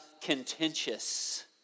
contentious